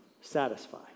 satisfy